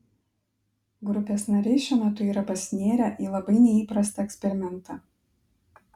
grupės nariai šiuo metu yra pasinėrę į labai neįprastą eksperimentą